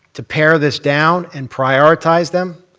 to pare this down and prioritize them,